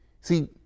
See